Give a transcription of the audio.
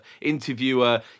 interviewer